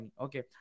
okay